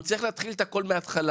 הוא צריך להתחיל את הכול מהתחלה.